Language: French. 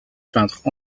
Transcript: peintre